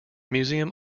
museum